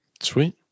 Sweet